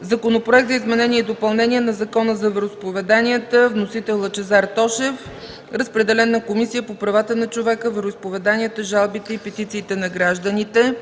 Законопроект за изменение и допълнение на Закона за вероизповеданията. Вносител – Лъчезар Тошев. Разпределен е на Комисията по правата на човека, вероизповеданията, жалбите и петициите на гражданите.